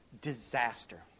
disaster